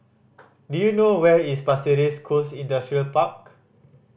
do you know where is Pasir Ris Coast Industrial Park